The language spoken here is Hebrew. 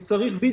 אם צריך VC